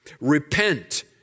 Repent